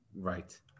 Right